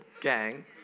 Gang